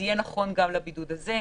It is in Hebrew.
זה יהיה נכון גם לבידוד הזה.